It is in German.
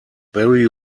barry